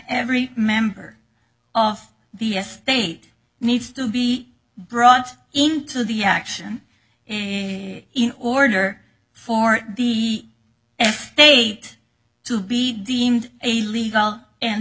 every member of the a state needs to be brought into the action in order for the estate to be deemed a legal